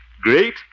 Great